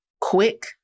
quick